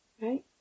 right